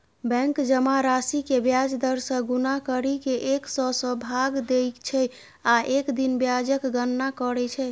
bank जमा राशि कें ब्याज दर सं गुना करि कें एक सय सं भाग दै छै आ एक दिन ब्याजक गणना करै छै